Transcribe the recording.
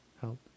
help